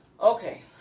Okay